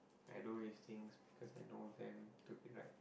I do these things because I know them to be right